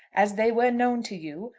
as they were known to you,